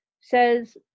says